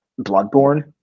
bloodborne